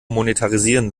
monetarisieren